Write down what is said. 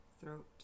throat